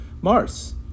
Mars